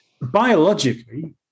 Biologically